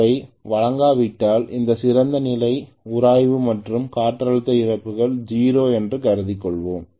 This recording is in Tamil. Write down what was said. அவை வழங்கப்படாவிட்டால் அது சிறந்த நிலை உராய்வு மற்றும் காற்றழுத்த இழப்புகள் 0 என்று கருதிக் கொள்வோம்